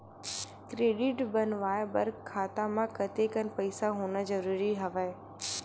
Credit बनवाय बर खाता म कतेकन पईसा होना जरूरी हवय?